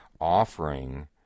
offering